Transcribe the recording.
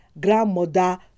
grandmother